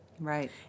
Right